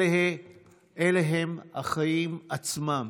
אלה הם החיים עצמם,